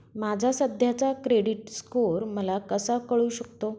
माझा सध्याचा credit score मला कसा कळू शकतो?